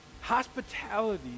Hospitality